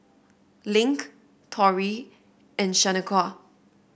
Link Torrey and Shanequa